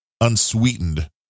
Unsweetened